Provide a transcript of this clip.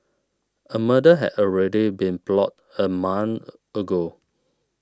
a murder had already been plotted a month ago